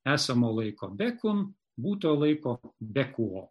esamo laiko bekun būto laiko bekuo